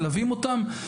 מלווים אותם,